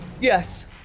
Yes